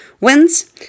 wins